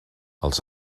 els